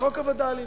וחוק הווד"לים,